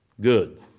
good